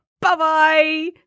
Bye-bye